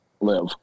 live